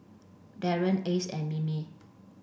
Darrien Ace and Mimi